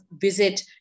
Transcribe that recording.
visit